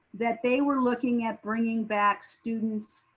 that they were looking at bringing back students,